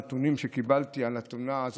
נתונים שקיבלתי על התאונה הזאת,